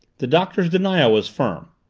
the doctor's denial was firm.